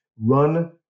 run